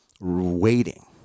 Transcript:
waiting